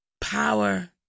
power